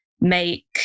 make